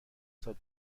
سال